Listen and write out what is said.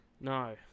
No